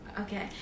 Okay